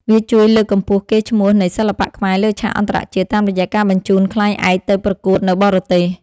វាជួយលើកកម្ពស់កេរ្តិ៍ឈ្មោះនៃសិល្បៈខ្មែរលើឆាកអន្តរជាតិ តាមរយៈការបញ្ជូនខ្លែងឯកទៅប្រកួតនៅបរទេស។